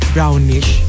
Brownish